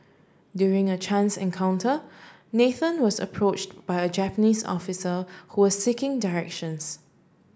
during a chance encounter Nathan was approach by a Japanese officer who was seeking directions